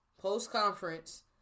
post-conference